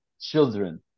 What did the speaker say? children